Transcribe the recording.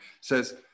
says